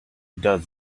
does